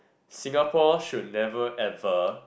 Singapore should never ever